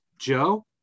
joe